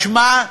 משמע,